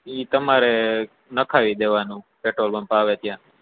એ તમારે નખાવી દેવાનું પેટ્રોલ પંપ આવે ત્યાં